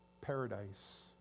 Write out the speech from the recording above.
paradise